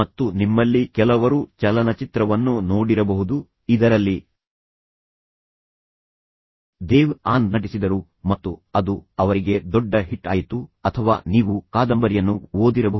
ಮತ್ತು ನಿಮ್ಮಲ್ಲಿ ಕೆಲವರು ಚಲನಚಿತ್ರವನ್ನು ನೋಡಿರಬಹುದು ಇದರಲ್ಲಿ ದೇವ್ ಆನಂದ್ ನಟಿಸಿದರು ಮತ್ತು ಅದು ಅವರಿಗೆ ದೊಡ್ಡ ಹಿಟ್ ಆಯಿತು ಅಥವಾ ನೀವು ಕಾದಂಬರಿಯನ್ನು ಓದಿರಬಹುದು